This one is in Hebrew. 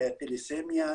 טליסמיה,